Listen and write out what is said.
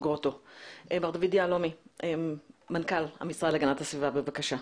מר דוד יהלומי, מנכ"ל המשרד להגנת הסביבה, בבקשה.